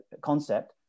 concept